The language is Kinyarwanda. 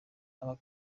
aba